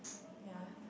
ya